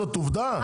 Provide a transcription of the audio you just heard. זאת עובדה,